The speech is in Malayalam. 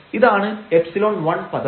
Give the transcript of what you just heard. ഇതാണ് ϵ1 പദം